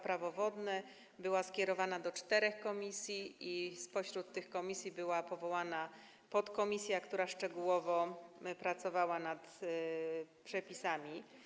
Prawo wodne była skierowana do czterech komisji, spośród których została powołana podkomisja, która szczegółowo pracowała nad przepisami.